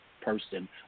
person